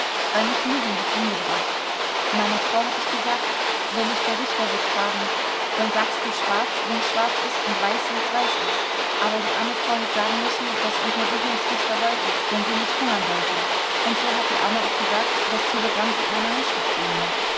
weil mich löwy hat hingebracht meiner frau hab ich gesagt wenn dich der richter wird fragen dann sagst du schwarz wenn's schwarz ist und weiß wenn's weiß ist aber arme frau hat sagen müssen was untersuchungsrichter wollte wenn sie nicht hungern wollte und so hat die arme auch gesagt das telegramm sieht meiner handschrift ähnlich